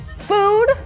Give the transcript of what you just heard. food